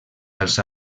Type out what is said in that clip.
als